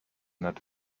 nad